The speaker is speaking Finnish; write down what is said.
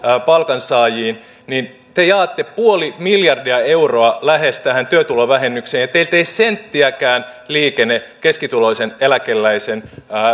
palkansaajiin niin te jaatte puoli miljardia euroa lähes tähän työtulovähennykseen ja teiltä ei senttiäkään liikene keskituloisen eläkeläisen